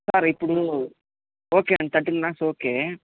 sir ఇప్పుడు okay అండి thirteen lakhs okay